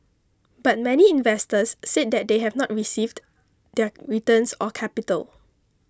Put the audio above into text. but many investors said that they have not received their returns or capital